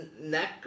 neck